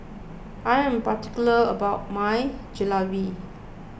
I am particular about my Jalebi